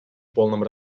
полном